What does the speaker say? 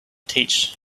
teach